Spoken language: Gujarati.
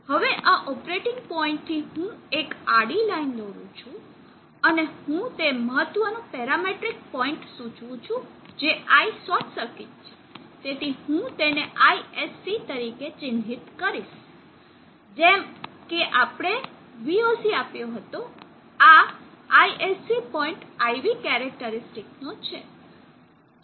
હવે આ ઓપરેટિંગ પોઇન્ટ થી હું એક આડી લાઈન દોરું છું અને હું તે મહત્વનું પેરામેટ્રિક પોઇન્ટ સૂચવું છું જે ISC છે તેથી હું તેને ISC તરીકે ચિહ્નિત કરીશ જેમ કે આપણે અહીં voc આપ્યો હતો આ ISC પોઈન્ટ IV કેરેકટરીસ્ટીક નો છે